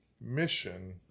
mission